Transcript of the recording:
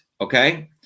okay